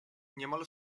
niemal